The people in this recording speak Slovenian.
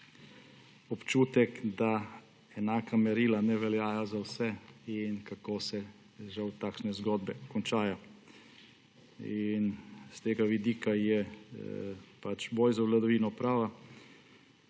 občutek, da enaka merila ne veljajo za vse, in kako se žal takšne zgodbe končajo. S tega vidika je boj za vladavino prava